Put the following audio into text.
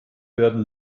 werden